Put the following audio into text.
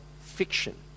fiction